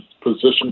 position